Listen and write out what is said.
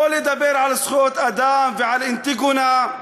לא מדובר על זכויות אדם ועל אנטיגונה,